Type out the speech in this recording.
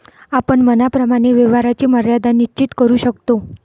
आपण मनाप्रमाणे व्यवहाराची मर्यादा निश्चित करू शकतो